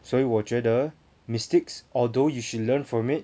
所以我觉得 mistakes although you should learn from it